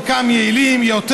חלקם יעילים יותר,